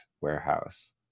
Warehouse